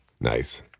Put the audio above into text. Nice